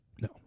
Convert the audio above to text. No